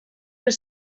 were